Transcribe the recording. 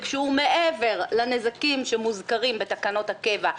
שהוא מעבר לנזקים שמוזכרים בתקנות הקבע,